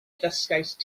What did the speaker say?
ddysgaist